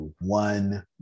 one